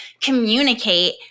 communicate